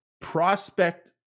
prospect